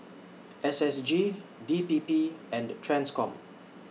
S S G D P P and TRANSCOM